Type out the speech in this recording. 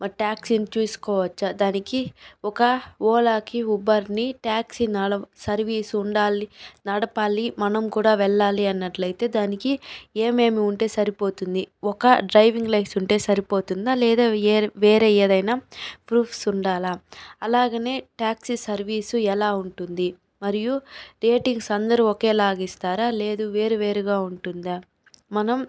మా ట్యాక్సీని చూసుకోవచ్చ దానికి ఒక ఓలాకి ఉబర్ని ట్యాక్సీ నాలా సర్వీసు ఉండాలి నడపాలి మనం కూడా వెళ్లాలి అన్నట్లయితే దానికి ఏమేమి ఉంటే సరిపోతుంది ఒక డ్రైవింగ్ లైసెన్స్ ఉంటే సరిపోతుందా లేదా వేరే వేరే ఏదైనా ప్రూఫ్స్ ఉండాలా అలాగనే ట్యాక్సీ సర్వీసు ఎలా ఉంటుంది మరియు రేటింగ్స్ అందరూ ఒకేలాగా ఇస్తారా లేదు వేరువేరుగా ఉంటుందా మనం